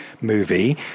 movie